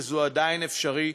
וזה עדיין אפשרי,